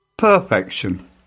Perfection